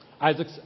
Isaac